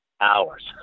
hours